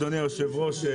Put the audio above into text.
אדוני היושב ראש,